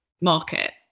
market